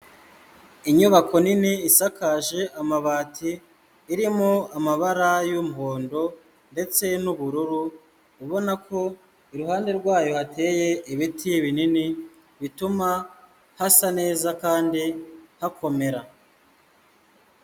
Inyubako nini isakaje amabati, irimo amabara y'umuhondo ndetse n'ubururu, ubona ko iruhande rwayo hateye ibiti binini bituma hasa neza kandi hakomera.